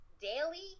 daily